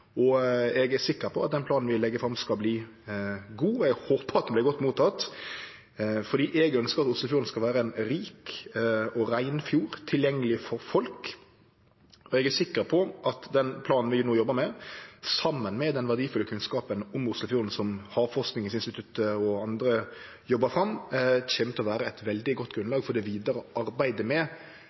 og eg er sikker på at den planen vi legg fram, skal verte god, og eg håpar at han vert godt motteken. Eg ønskjer at Oslofjorden skal vere ein rik og rein fjord, tilgjengeleg for folk, og eg er sikker på at den planen vi no jobbar med, saman med den verdifulle kunnskapen om Oslofjorden som Havforskningsinstituttet og andre jobbar fram, kjem til å vere eit veldig godt grunnlag for det vidare arbeidet med